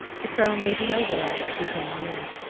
the crow made no lament as he came near.